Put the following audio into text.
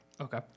okay